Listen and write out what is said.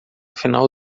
final